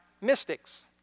mystics